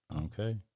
Okay